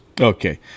Okay